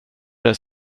det